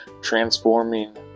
transforming